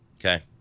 Okay